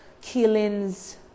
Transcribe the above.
killings